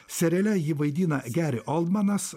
seriale jį vaidina geri oldmanas